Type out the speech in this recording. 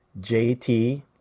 JT